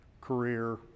career